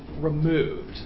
removed